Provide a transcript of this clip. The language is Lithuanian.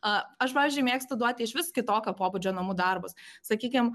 o aš pavyzdžiui mėgstu duoti išvis kitokio pobūdžio namų darbus sakykime